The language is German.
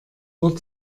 wort